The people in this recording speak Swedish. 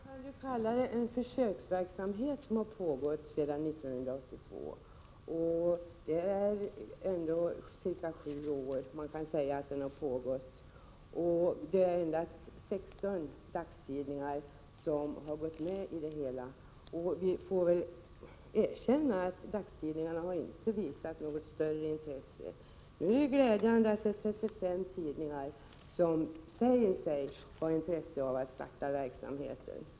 Herr talman! Man kan säga att det är en försöksverksamhet som har pågått ända sedan 1982. Försöksverksamheten har alltså pågått cirka sju år, och det är endast 16 dagstidningar som har medverkat. Vi får erkänna att dagstidningarna inte har visat något större intresse för denna verksamhet. Nu är det glädjande att 35 tidningar säger sig ha intresse för att starta denna verksamhet.